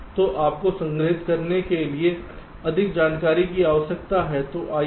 तो आपको संग्रहीत करने के लिए अधिक जानकारी की आवश्यकता है